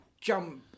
jump